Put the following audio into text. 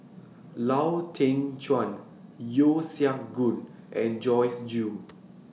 Lau Teng Chuan Yeo Siak Goon and Joyce Jue